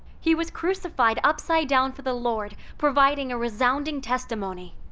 he was crucified upside down for the lord, providing a resounding testimony.